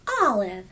Olive